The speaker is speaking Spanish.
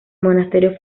monasterio